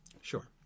Sure